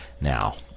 Now